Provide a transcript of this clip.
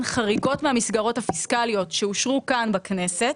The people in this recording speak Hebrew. חריגות מהמסגרות הפיסקליות שאושרו כאן בכנסת